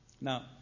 Now